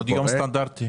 עוד יום סטנדרטי.